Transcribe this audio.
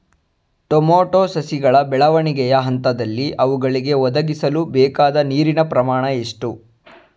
Tomato ಸಸಿಗಳ ಬೆಳವಣಿಗೆಯ ಹಂತದಲ್ಲಿ ಅವುಗಳಿಗೆ ಒದಗಿಸಲುಬೇಕಾದ ನೀರಿನ ಪ್ರಮಾಣ ಎಷ್ಟು?